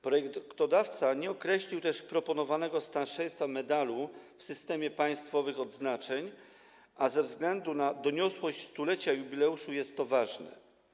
Projektodawca nie określił też proponowanego starszeństwa medalu w systemie państwowych odznaczeń, a ze względu na doniosłość jubileuszu 100-lecia jest to ważne.